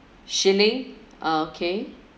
shi lin ah okay